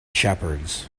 shepherds